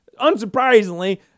unsurprisingly